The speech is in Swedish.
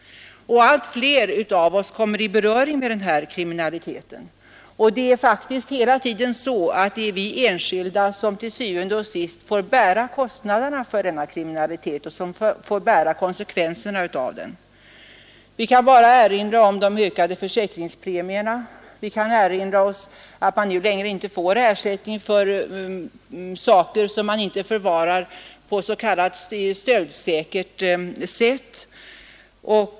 Allt fler av oss kommer i beröring med denna kriminalitet. Och det är vi enskilda som til syvende og sidst får bära kostnaderna för och konsekvenserna av denna kriminalitet. Jag kan bara erinra om de ökade försäkringspremierna, och vi kan erinra oss att man nu inte längre får ersättning för saker som man inte förvarat på s.k. stöldsäkert sätt.